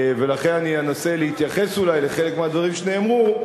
ולכן אני אנסה להתייחס אולי לחלק מהדברים שנאמרו,